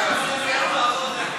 התשע"ו 2016,